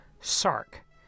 SARK